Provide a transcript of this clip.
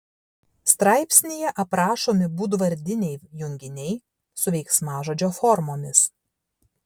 straipsnyje aprašomi būdvardiniai junginiai su veiksmažodžio formomis